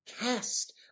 cast